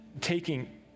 taking